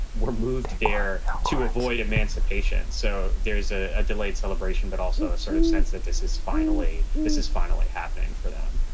were moved there to avoid emancipation. so there is ah a delayed celebration, but also a sort of sense that this is finally this is finally happening for them.